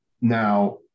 now